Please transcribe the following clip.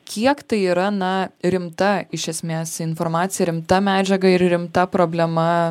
kiek tai yra na rimta iš esmės informacija rimta medžiaga ir rimta problema